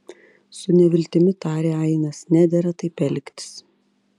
su neviltimi tarė ainas nedera taip elgtis